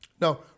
Now